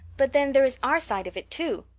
but then, there is our side of it too.